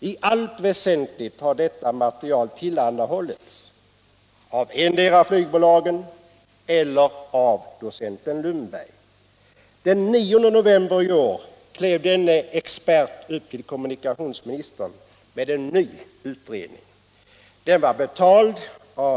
I allt väsentligt har detta material tillhandahållits av endera flygbolagen eller docent Lundberg.